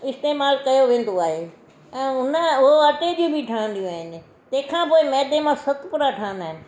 इस्तेमाल कयो वेंदो आहे ऐं हुन हो अटे जी बि ठहंदियूं आहिनि तंहिंखां पोइ मैदे मां सत पुड़ा ठहींदा आहिनि